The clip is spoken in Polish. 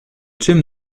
czym